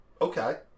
Okay